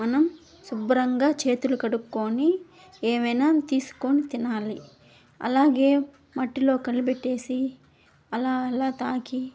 మనం శుభ్రంగా చేతులు కడుక్కోని ఏవైనా తీసుకోని తినాలి అలాగే మట్టిలో కలబెట్టేసి అలా అలా తాకి